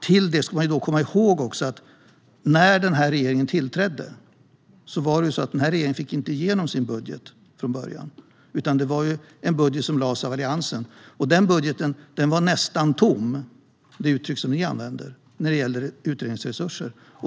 Vi ska också komma ihåg att när den här regeringen tillträdde fick man inte igenom sin budget från början. Man fick styra med en budget som lades fram av Alliansen, och den budgeten var nästan tom - för att använda det uttryck som ni i Alliansen brukar använda - när det gäller utredningsresurser.